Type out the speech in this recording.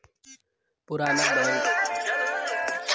पुराना बैंक खाता क तनखा वाले खाता में आराम से बदलल जा सकल जाला